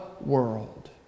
world